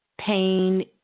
pain